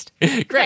great